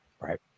Right